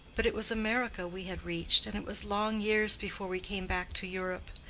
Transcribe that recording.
but it was america we had reached, and it was long years before we came back to europe.